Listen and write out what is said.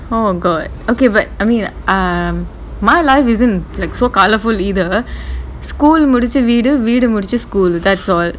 oh god okay but I mean um my life isn't like so colourful either school முடிச்சி வீடு வீடு முடிச்சு:mudichi veedu veedu mudichu school that's all